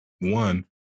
one